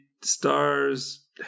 stars